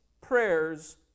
prayers